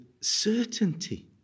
certainty